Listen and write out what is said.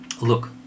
look